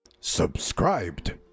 Subscribed